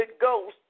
Ghost